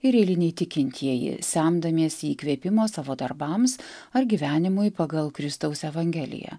ir eiliniai tikintieji semdamiesi įkvėpimo savo darbams ar gyvenimui pagal kristaus evangeliją